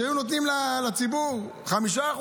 היו נותנים לציבור 5%,